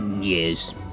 Yes